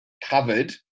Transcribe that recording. covered